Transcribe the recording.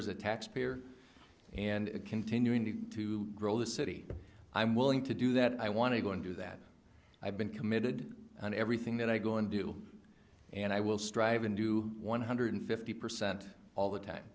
as a taxpayer and continuing to to grow the city i'm willing to do that i want to go and do that i've been committed and everything that i go and do and i will strive and do one hundred fifty percent all the time